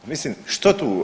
Mislim što tu?